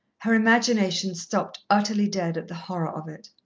her imagination stopped utterly dead at the horror of it.